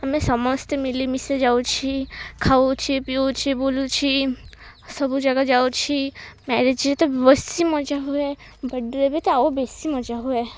ଆମେ ସମସ୍ତେ ମିଳିମିଶି ଯାଉଛି ଖାଉଛି ପିୟୁଛି ବୁଲୁଛି ସବୁ ଜାଗା ଯାଉଛି ମ୍ୟାରେଜ୍ରେ ତ ବେଶୀ ମଜା ହୁଏ ବଡ଼େରେ ବି ତ ଆଉ ବେଶୀ ମଜା ହୁଏ